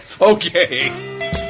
okay